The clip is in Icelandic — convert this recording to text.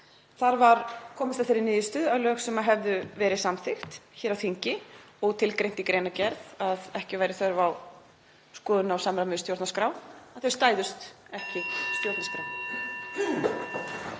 Þar var komist að þeirri niðurstöðu að lög sem hefðu verið samþykkt hér á þingi og tilgreint í greinargerð að ekki væri þörf á skoðun á í samræmi við stjórnarskrá stæðust ekki stjórnarskrá.